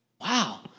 Wow